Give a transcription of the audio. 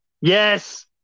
yes